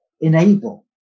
enable